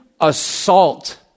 assault